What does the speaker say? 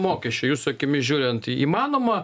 mokesčiai jūsų akimis žiūrint įmanoma